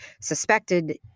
suspected